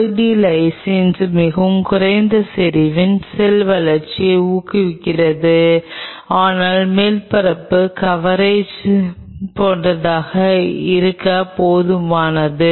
poly D lysine மிகவும் குறைந்த செறிவில் செல் வளர்ச்சியை ஊக்குவிக்கிறது ஆனால் மேற்பரப்பு கவரேஜ் போன்றதாக இருக்க போதுமானது